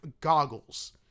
goggles